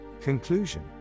Conclusion